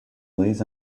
lays